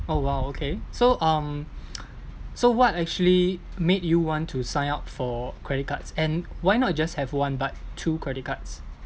oh !wow! okay so um so what actually made you want to sign up for credit cards and why not just have one but two credit cards